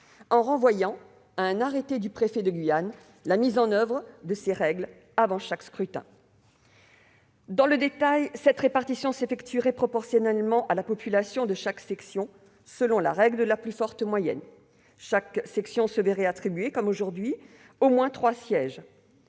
de celles-ci à un arrêté du préfet de Guyane avant chaque scrutin. Dans le détail, la répartition s'effectuerait proportionnellement à la population de chaque section selon la règle de la plus forte moyenne. Chaque section se verrait attribuer, comme aujourd'hui, au moins trois sièges,